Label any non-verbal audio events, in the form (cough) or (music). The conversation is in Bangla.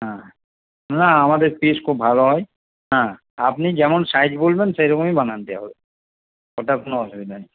হ্যাঁ না আমাদের পিস খুব ভালো হয় হ্যাঁ আপনি যেমন সাইজ বলবেন সেইরকমই (unintelligible) দেওয়া হবে ওটার কোনো আসুবিধা নেই